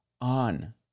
on